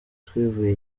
twivuye